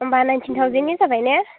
होमब्ला नाइन्टिन थाउजेन्डनि जाबाय ने